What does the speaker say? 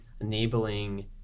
enabling